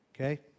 Okay